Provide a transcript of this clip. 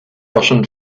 russian